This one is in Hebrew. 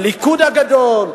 הליכוד הגדול,